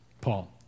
Paul